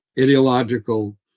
ideological